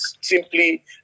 simply